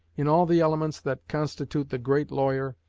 in all the elements that constitute the great lawyer,